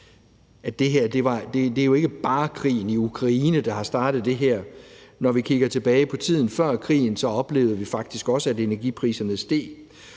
det her, jo ikke bare er krigen i Ukraine. Når vi kigger tilbage på tiden før krigen, oplevede vi faktisk også, at energipriserne steg,